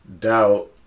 doubt